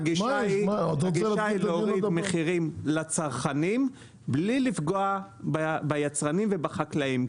הגישה היא להוריד מחירים לצרכנים בלי לפגוע ביצרנים ובחקלאים,